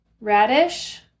radish